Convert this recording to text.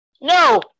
No